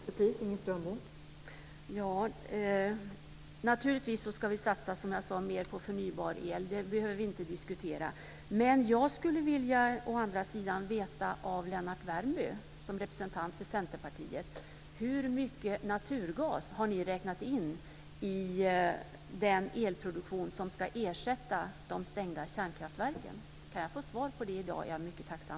Fru talman! Naturligtvis ska vi, som jag sade, satsa mer på förnybar el. Det behöver vi inte diskutera. Men jag skulle vilja fråga Lennart Värmby, som är representant för Vänsterpartiet, hur mycket naturgas ni har räknat in i den elproduktion som ska ersätta de stängda kärnkraftverken. Kan jag få svar på den frågan i dag är jag mycket tacksam.